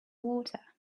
water